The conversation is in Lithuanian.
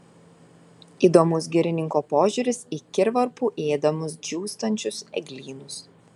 įdomus girininko požiūris į kirvarpų ėdamus džiūstančius eglynus